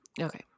Okay